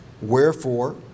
Wherefore